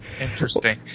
interesting